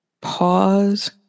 pause